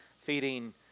feeding